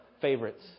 favorites